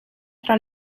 tra